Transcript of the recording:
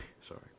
Sorry